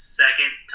second